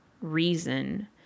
reason